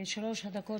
שלוש הדקות,